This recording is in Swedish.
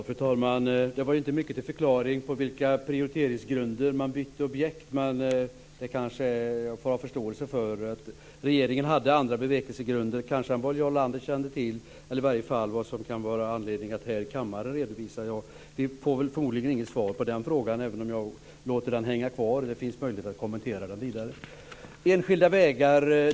Fru talman! Det var ju inte mycket till förklaring i fråga om på vilka prioriteringsgrunder man bytte objekt. Men jag kanske får ha förståelse för det. Regeringen hade kanske andra bevekelsegrunder än vad Jarl Lander kände till, eller i alla fall än vad det kan finnas anledning att här i kammaren redovisa. Vi får förmodligen inget svar på den frågan även om jag låter den hänga kvar. Det finns möjlighet att kommentera den vidare. Sedan gäller det enskilda vägar.